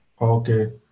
Okay